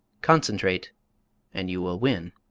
concentrate and you will win.